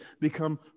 become